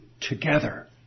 together